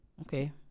Okay